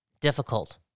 difficult